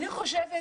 אני חושבת